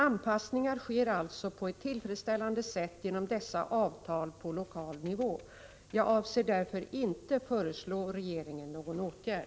Anpassningar sker alltså på ett tillfredsställande sätt genom dessa avtal på lokal nivå. Jag avser därför inte föreslå regeringen någon åtgärd.